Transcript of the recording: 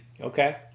Okay